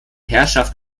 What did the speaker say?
herrschaft